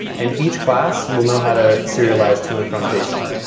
and each class will know how to serialize to and from json,